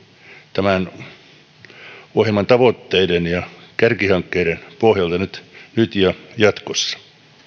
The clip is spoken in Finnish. tämän ohjelman tavoitteiden ja kärkihankkeiden pohjalta nyt nyt ja jatkossa